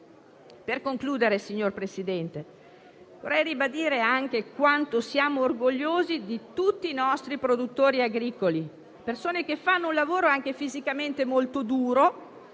Per concludere, signor Presidente, vorrei ribadire anche quanto siamo orgogliosi di tutti i nostri produttori agricoli, persone che fanno un lavoro anche fisicamente molto duro,